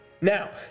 Now